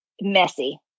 Messy